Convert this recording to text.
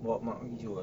bawa mak pergi jewel